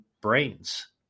brains